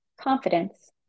confidence